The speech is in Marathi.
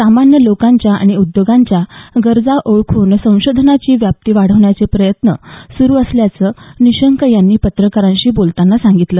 सामान्य लोकांच्या आणि उद्योगांच्या गरजा ओळखून संशोधनाची व्याप्पी वाढवण्यासाठी प्रयत्न सुरू असल्याचं निशंक यांनी पत्रकारांशी बोलतांना सांगितलं